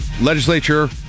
legislature